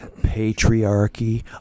patriarchy